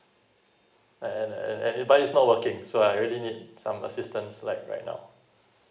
and and and it but it's not working so I really need some assistance like right now